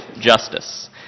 Justice